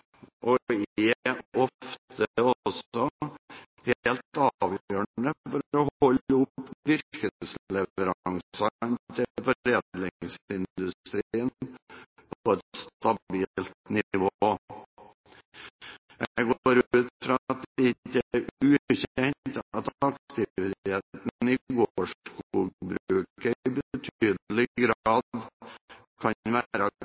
er ofte også, helt avgjørende for å holde virkesleveransene til foredlingsindustrien på et stabilt nivå. Jeg går ut fra at det ikke er ukjent at aktiviteten i gårdskogbruket i betydelig grad kan være